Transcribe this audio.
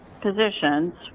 positions